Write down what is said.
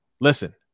Listen